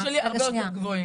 רגע שנייה